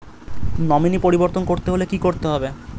Nominee পরিবর্তন করতে হলে কী করতে হবে?